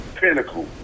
pinnacle